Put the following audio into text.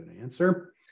answer